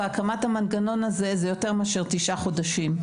והקמת המנגנון הזה זה יותר מאשר תשעה חודשים.